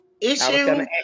Issue